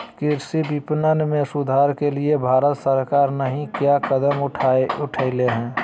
कृषि विपणन में सुधार के लिए भारत सरकार नहीं क्या कदम उठैले हैय?